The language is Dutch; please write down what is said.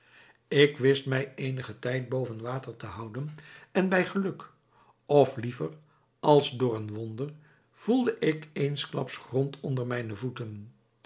ik wist mij eenigen tijd boven water te houden en bij geluk of liever als door een wonder voelde ik eensklaps grond onder mijne voeten